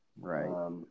Right